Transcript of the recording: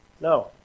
No